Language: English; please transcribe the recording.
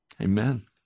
Amen